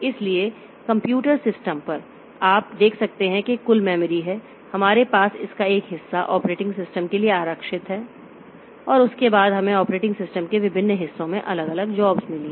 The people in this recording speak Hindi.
इसलिए कंप्यूटर सिस्टम पर आप देख सकते हैं कि यह कुल मेमोरी है हमारे पास इसका एक हिस्सा ऑपरेटिंग सिस्टम के लिए आरक्षित है और उसके बाद हमें ऑपरेटिंग सिस्टम के विभिन्न हिस्सों में अलग अलग जॉब्स मिली हैं